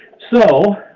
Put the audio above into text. so,